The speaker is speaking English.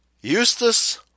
Eustace